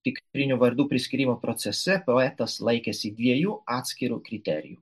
tikrinių vardu priskyrimo procese poetas laikėsi dviejų atskirų kriterijų